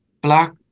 Black